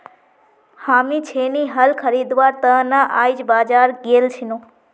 हामी छेनी हल खरीदवार त न आइज बाजार गेल छिनु